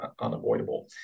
unavoidable